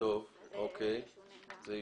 אין